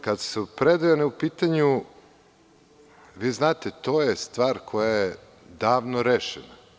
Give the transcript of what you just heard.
Kad su Predejane u pitanju, vi znate, to je stvar koja je davno rešena.